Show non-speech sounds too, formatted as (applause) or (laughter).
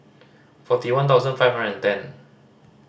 forty one thousand five (unintelligible) and ten